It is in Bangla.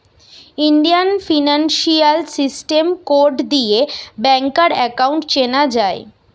ইন্ডিয়ান ফিনান্সিয়াল সিস্টেম কোড দিয়ে ব্যাংকার একাউন্ট চেনা যায়